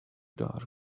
dark